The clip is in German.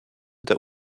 der